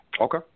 Okay